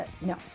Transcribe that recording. No